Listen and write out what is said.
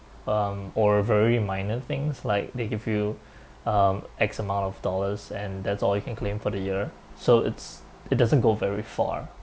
um or a very minor things like they give you um x amount of dollars and that's all you can claim for the year so it's it doesn't go very far